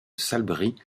salbris